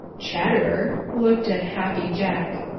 chatterer looked at happy jack.